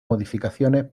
modificaciones